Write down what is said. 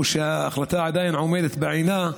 או שההחלטה עדיין עומדת בעינה.